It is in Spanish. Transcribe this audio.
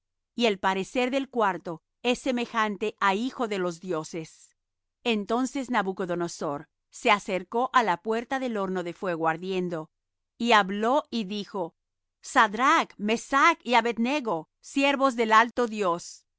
y el parecer del cuarto es semejante á hijo de los dioses entonces nabucodonosor se acercó á la puerta del horno de fuego ardiendo y habló y dijo sadrach mesach y abed nego siervos del alto dios